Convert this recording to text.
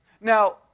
Now